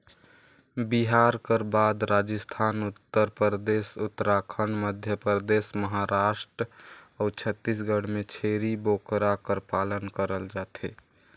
बिहार कर बाद राजिस्थान, उत्तर परदेस, उत्तराखंड, मध्यपरदेस, महारास्ट अउ छत्तीसगढ़ में छेरी बोकरा कर पालन करल जाथे